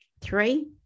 Three